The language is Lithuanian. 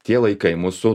tie laikai mūsų